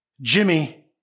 Jimmy